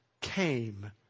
came